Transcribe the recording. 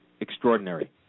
extraordinary